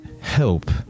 help